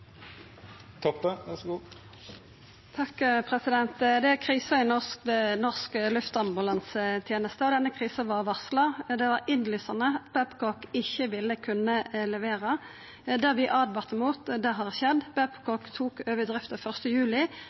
krise i norsk luftambulanseteneste. Denne krisa var varsla. Det var innlysande at Babcock ikkje ville kunna levera. Det vi åtvara mot, har skjedd. Babcock tok over drifta 1. juli,